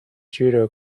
judo